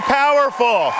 powerful